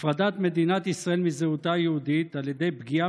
הפרדת מדינת ישראל מזהותה היהודית על ידי פגיעה